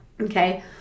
okay